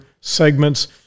segments